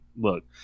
look